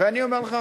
ואני אומר לך,